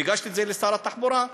והגשתי את זה לשר התחבורה,